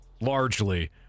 largely